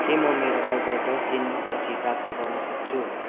के म मेरो अर्डर दस दिन पछि प्राप्त गर्न सक्छु